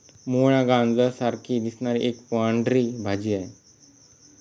मुळा, गाजरा सारखी दिसणारी एक पांढरी भाजी आहे